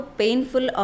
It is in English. painful